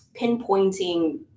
pinpointing